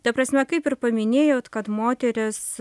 ta prasme kaip ir paminėjot kad moteris